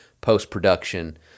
post-production